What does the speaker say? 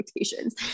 expectations